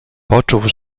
poczuł